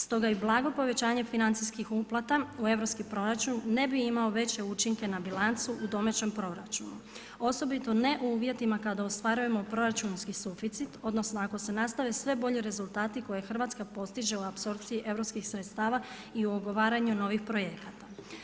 Stoga i blago povećanje financijskih uplata u europski proračun, ne bi imao veće učinke na bilancu u domaćem proračunu, osobito ne u uvjetima kada ostvarujemo proračunski suficit, odnosno, ako se nastave sve bolji rezultati, koje je Hrvatska postiže u apsorpciji europskih sredstava i u ugovaranju novih projekta.